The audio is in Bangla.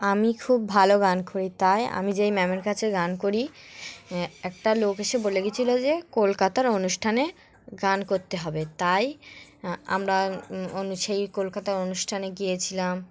আমি খুব ভালো গান করি তাই আমি যেই ম্যামের কাছে গান করি একটা লোক এসে বলে গিয়েছিলো যে কলকাতার অনুষ্ঠানে গান করতে হবে তাই আমরা অনু সেই কলকাতার অনুষ্ঠানে গিয়েছিলাম